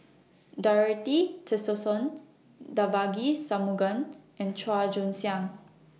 Doroty Tessensohn Devagi Sanmugam and Chua Joon Siang